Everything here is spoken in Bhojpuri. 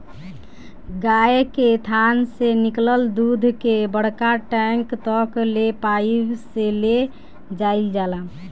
गाय के थान से निकलल दूध के बड़का टैंक तक ले पाइप से ले जाईल जाला